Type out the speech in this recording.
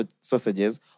sausages